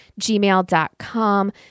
gmail.com